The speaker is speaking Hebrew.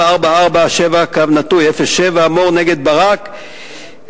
4447/07, מור נגד ברק,